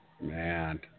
Man